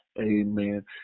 amen